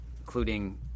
including